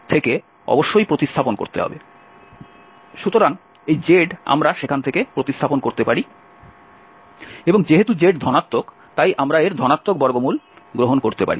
সুতরাং এই z আমরা সেখান থেকে প্রতিস্থাপন করতে পারি এবং যেহেতু z ধনাত্মক তাই আমরা এর ধনাত্মক বর্গমূল গ্রহণ করতে পারি